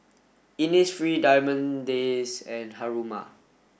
Innisfree Diamond Days and Haruma